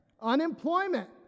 Unemployment